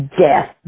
death